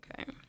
Okay